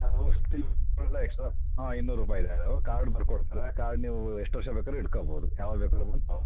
ಔಷಧಿ ಎಲ್ಲ ಎಕ್ಸ್ಟ್ರಾ ಹಾಂ ಇನ್ನೂರು ರೂಪಾಯಿ ಅವ್ರು ಕಾರ್ಡ್ ಬರ್ಕೊಡ್ತಾರೆ ಆ ಕಾರ್ಡ್ ನೀವು ಎಷ್ಟು ವರ್ಷ ಬೇಕಾದರೂ ಇಟ್ಕೋಬೋದು ಯಾವಾಗ ಬೇಕಾದ್ರೂ ಬಂದು